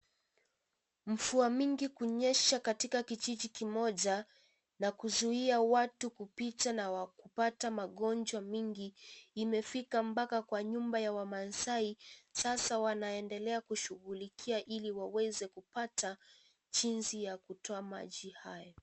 Mvua mingi kunyesha katika kijiji kimoja na kuzuia watu kupita na wakupata magonjwa mingi . Imefika mpaka kwa nyumba ya wamasaai sasa wanaendelea kushughulikia ili waweze kupata jinsi ya kutoa maji hayo.